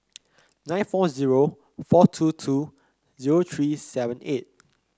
nine four zero four two two zero three seven eight